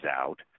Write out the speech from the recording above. out